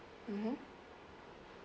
mmhmm